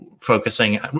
focusing